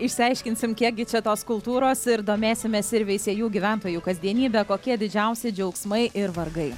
išsiaiškinsim kiek gi čia tos kultūros ir domėsimės ir veisiejų gyventojų kasdienybe kokie didžiausi džiaugsmai ir vargai